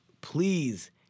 please